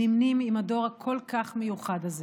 נמנים עם הדור הכל-כך מיוחד הזה.